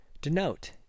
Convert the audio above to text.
Denote